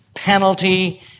penalty